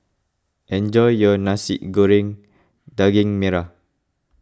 enjoy your Nasi Goreng Daging Merah